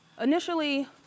Initially